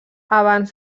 abans